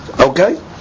Okay